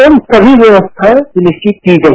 इन समी व्यवस्थाएं सुनिश्वित की गई